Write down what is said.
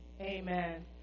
Amen